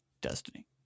Destiny